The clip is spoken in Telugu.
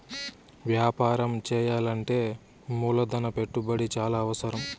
వ్యాపారం చేయాలంటే మూలధన పెట్టుబడి చాలా అవసరం